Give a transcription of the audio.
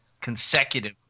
Consecutive